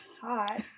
hot